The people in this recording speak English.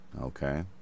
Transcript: Okay